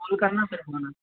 ठीक करना पड़ेगा ना